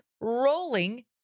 rolling